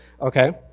Okay